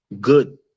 good